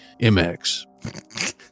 MX